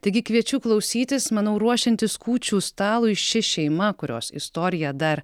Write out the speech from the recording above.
taigi kviečiu klausytis manau ruošiantis kūčių stalui ši šeima kurios istorija dar